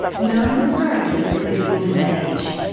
known historically as the gilded age,